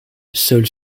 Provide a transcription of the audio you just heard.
seuls